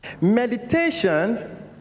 Meditation